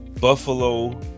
Buffalo